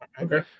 Okay